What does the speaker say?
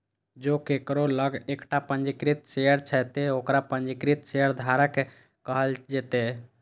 जों केकरो लग एकटा पंजीकृत शेयर छै, ते ओकरा पंजीकृत शेयरधारक कहल जेतै